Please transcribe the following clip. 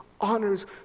honors